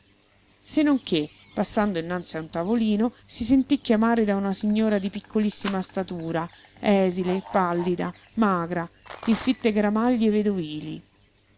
non che passando innanzi a un tavolino si sentí chiamare da una signora di piccolissima statura esile pallida magra in fitte gramaglie vedovili